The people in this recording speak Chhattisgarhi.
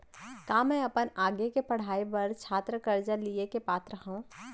का मै अपन आगे के पढ़ाई बर छात्र कर्जा लिहे के पात्र हव?